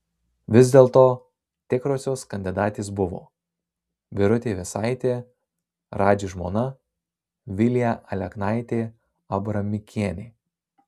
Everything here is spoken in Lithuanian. vis dėlto tikrosios kandidatės buvo birutė vėsaitė radži žmona vilija aleknaitė abramikienė